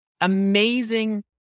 amazing